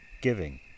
Giving